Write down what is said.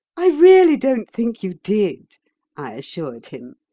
i really don't think you did i assured him.